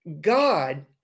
God